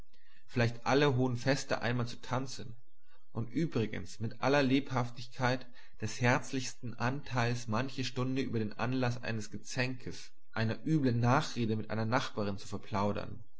vielleicht alle hohen feste einmal zu tanzen und übrigens mit aller lebhaftigkeit des herzlichsten anteils manche stunde über den anlaß eines gezänkes einer übeln nachrede mit einer nachbarin zu verplaudern deren